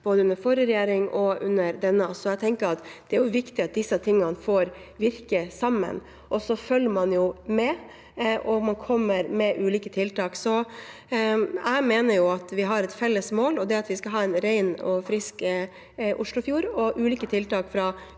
både under forrige regjering og under denne regjeringen. Jeg tenker at det er viktig at dette får virke sammen, og så følger man med og kommer med ulike tiltak. Jeg mener jo at vi har et felles mål, og det er at vi skal ha en ren og frisk Oslofjord, og ulike tiltak fra